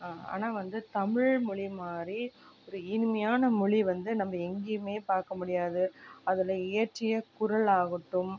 ஆனால் வந்து தமிழ் மொழி மாதிரி ஒரு இனிமையான மொழி வந்து நம்ம எங்கையுமே பார்க்க முடியாது அதில் இயற்றிய குறள் ஆகட்டும்